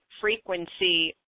frequency